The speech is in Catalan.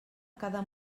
cada